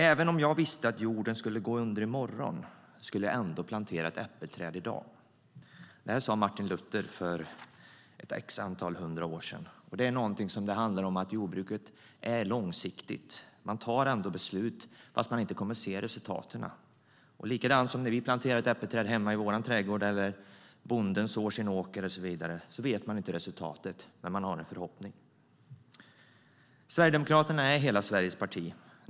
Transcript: Även om jag visste att jorden skulle gå under i morgon skulle jag ändå plantera ett äppelträd i dag. Det sa Martin Luther för ett visst antal hundra år sedan. Det handlar om att jordbruket är långsiktigt. Man tar beslut även om man inte kommer att se resultaten. Precis som när vi planterar äppelträd hemma i våra trädgårdar eller när bonden sår sin åker och så vidare vet vi inte hur resultatet kommer att bli. Men vi har en förhoppning. Sverigedemokraterna är hela Sveriges parti.